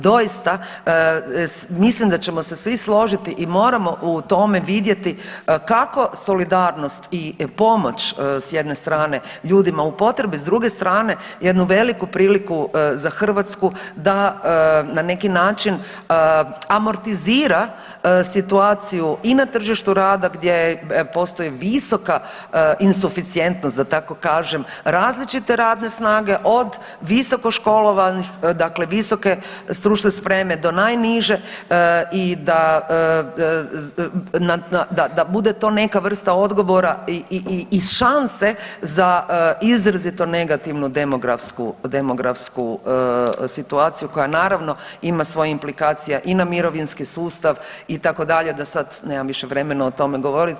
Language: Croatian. Doista, mislim da ćemo se svi složiti i moramo u tome vidjeti kako solidarnost i pomoć s jedne strane ljudima u potrebi, s druge strane jednu veliku priliku za Hrvatsku da na neki način amortizira situaciju i na tržištu rada, gdje postoji visoka insuficijentnost da tako kažem različite radne snage od visoko školovanih, dakle visoke stručne spreme do najniže i da bude to neka vrsta odgovora i šanse za izrazito negativnu demografsku situaciju koja naravno ima svoje implikacije i na mirovinski sustav itd., da sad nemam više vremena o tome govoriti.